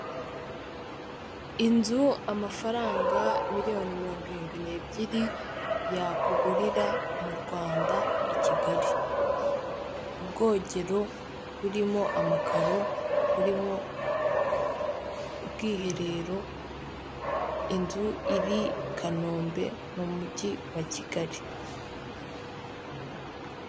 Iyi ni inzu ifite idirishya ndetse n'urugi biri mu ibara ry'umweru, hejuru hakaba hari icyapa cyanditseho amagambo ari mw'ibara ry'ubururu ndetse n'umukara.